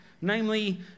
namely